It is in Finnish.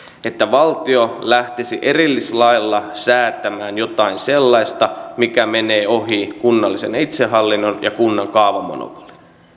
että valtio lähtisi erillislailla säätämään jotain sellaista mikä menee ohi kunnallisen itsehallinnon ja kunnan kaavamonopolin